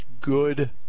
good